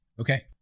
Okay